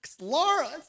Laura